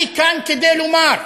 אני כאן כדי לומר,